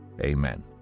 Amen